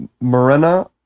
Marina